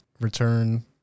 return